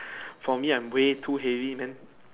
for me I'm weigh too heavy man